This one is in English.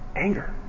anger